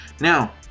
now